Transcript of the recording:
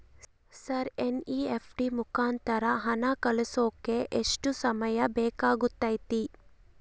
Sir NEFT ಮುಖಾಂತರ ಹಣ ಕಳಿಸೋಕೆ ಎಷ್ಟು ಸಮಯ ಬೇಕಾಗುತೈತಿ?